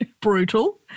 Brutal